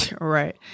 Right